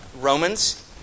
Romans